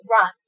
run